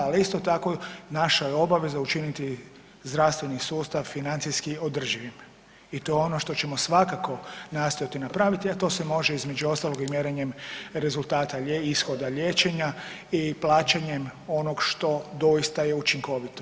Ali isto tako naša je obaveza učiniti zdravstveni sustav, financijski održivim i to je ono što ćemo svakako nastojati napraviti, a to se može između ostalog i mjerenjem rezultata ishoda liječenja i plaćanjem onog što doista je učinkovito.